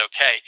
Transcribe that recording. okay